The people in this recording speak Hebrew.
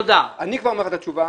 אני כבר אומר לך את התשובה.